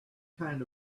kind